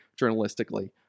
journalistically